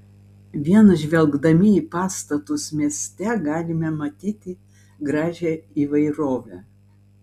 vien žvelgdami į pastatus mieste galime matyti gražią įvairovę